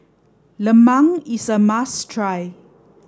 Lemang is a must try